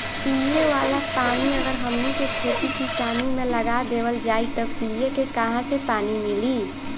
पिए वाला पानी अगर हमनी के खेती किसानी मे लगा देवल जाई त पिए के काहा से पानी मीली